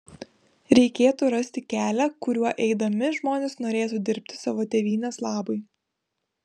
reikėtų rasti kelią kuriuo eidami žmonės norėtų dirbti savo tėvynės labui